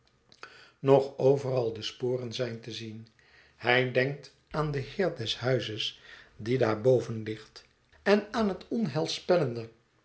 nog overal de sporen zijn te zien hij denkt aan den heer des huizes die daar boven ligt en aan het